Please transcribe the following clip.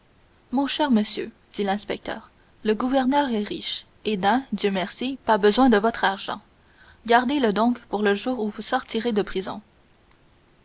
mon cher monsieur dit l'inspecteur le gouvernement est riche et n'a dieu merci pas besoin de votre argent gardez-le donc pour le jour où vous sortirez de prison